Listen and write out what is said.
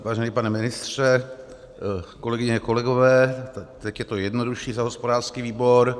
Vážený pane ministře, kolegyně, kolegové, teď je to jednodušší za hospodářský výbor.